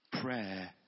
Prayer